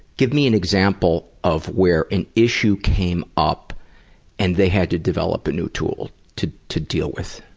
give me an example of where an issue came up and they had to develop a new tool to to deal with.